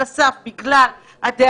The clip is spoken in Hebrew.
דיברתם על זה שההסמכה המיידית,